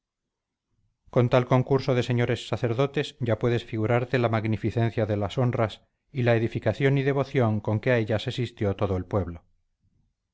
con tal concurso de señores sacerdotes ya puedes figurarte la magnificencia de las honras y la edificación y devoción con que a ellas asistió todo el pueblo